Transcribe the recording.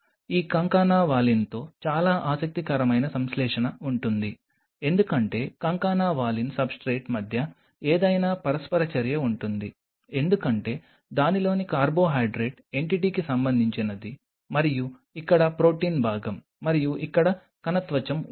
ఈ కాంకానా వాలిన్తో చాలా ఆసక్తికరమైన సంశ్లేషణ ఉంటుంది ఎందుకంటే కాంకానా వాలిన్ సబ్స్ట్రేట్ మధ్య ఏదైనా పరస్పర చర్య ఉంటుంది ఎందుకంటే దానిలోని కార్బోహైడ్రేట్ ఎంటిటీకి సంబంధించినది మరియు ఇక్కడ ప్రోటీన్ భాగం మరియు ఇక్కడ కణ త్వచం ఉంది